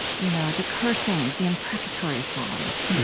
you know the cursing, the imprecatory psalms.